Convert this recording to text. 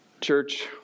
Church